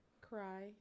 Cry